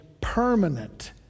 permanent